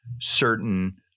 certain